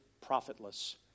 profitless